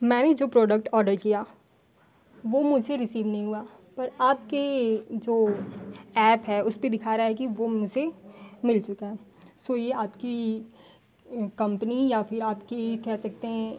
मैंने जो product order किया वह मुझे रिसीव नहीं हुआ पर आपका जो ऐप है उसपर दिखा रहा है कि वह मुझे मिल चुका है सो यह आपकी कम्पनी या फिर आपकी कह सकते हैं